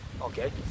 okay